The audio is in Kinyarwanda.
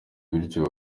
bityo